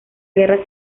guerra